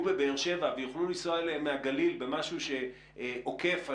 בבאר שבע ויוכלו לנסוע אליהם מהגליל במשהו שעוקף את